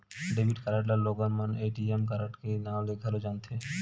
debit card ल लोगन मन ए.टी.एम कारड के नांव ले घलो जानथे